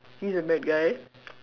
he's a bad guy